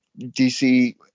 DC